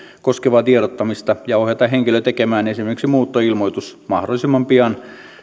koskevaa tiedottamista ja ohjata henkilö tekemään esimerkiksi muuttoilmoitus mahdollisimman pian